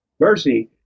mercy